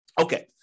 Okay